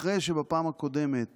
אחרי שבפעם הקודמת